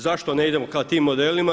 Zašto ne idemo ka tim modelima?